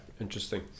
interesting